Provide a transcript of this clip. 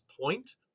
point